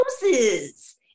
houses